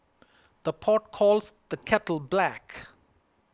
the pot calls the kettle black